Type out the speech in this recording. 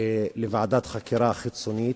לוועדת חקירה חיצונית,